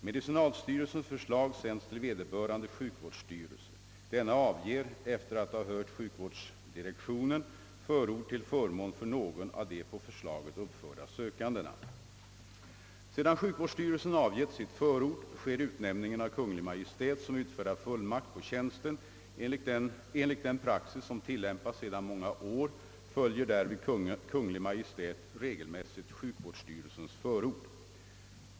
Medicinalstyrelsens förslag sänds till vederbörande sjukvårdsstyrelse. Denna avger, efter att ha hört sjukhusdirektionen, förord till förmån för någon av de på förslaget uppförda sökandena. Sedan sjukvårdsstyrelsen avgett sitt förord, sker utnämningen av Kungl. Maj:t, som utfärdar fullmakt på tjänsten. Enligt den praxis som tillämpas sedan många år följer därvid Kungl. Maj:t regelmässigt sjukvårdsstyrelsens förord.